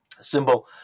symbol